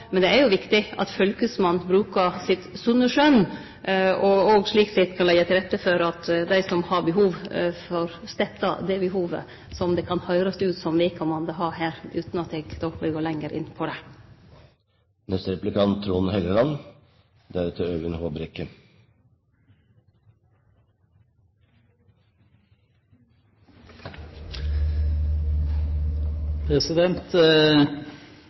Men det er jo viktig at fylkesmannen brukar sitt sunne skjøn og slik sett òg kan leggje til rette for at dei som har behov, får stetta det behovet som det kan høyrast ut som om vedkomande har her – utan at eg vil gå meir inn på